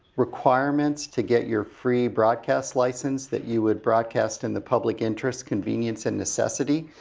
requirements to get your free broadcast license that you would broadcast in the public interest, convenience and necessity.